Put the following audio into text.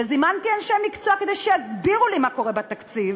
וזימנתי אנשי מקצוע כדי שיסבירו לי מה קורה בתקציב,